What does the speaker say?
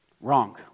Wrong